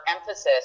emphasis